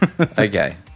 Okay